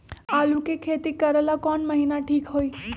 आलू के खेती करेला कौन महीना ठीक होई?